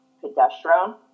pedestrian